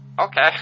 Okay